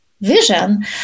vision